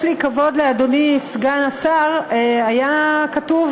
ככל שיש לי כבוד לאדוני סגן השר, היה כתוב,